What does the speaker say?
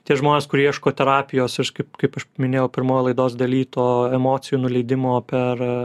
tie žmonės kurie ieško terapijos aš kaip kaip minėjau pirmoj laidos daly to emocijų nuleidimo per